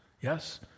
Yes